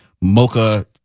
Mocha